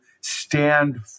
stand